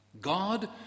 God